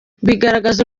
bigaragaza